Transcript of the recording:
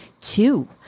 two